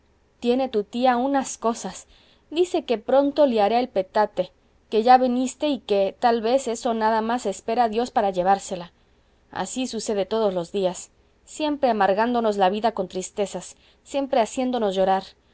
tiene tu tía unas cosas dice que pronto liará el petate que ya viniste y que tal vez eso nada más espera dios para llevársela así sucede todos los días siempre amargándonos la vida con tristezas siempre haciéndonos llorar